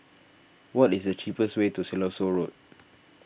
what is the cheapest way to Siloso Road